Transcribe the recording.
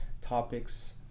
topics